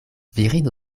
virino